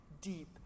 deep